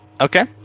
Okay